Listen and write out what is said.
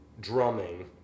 drumming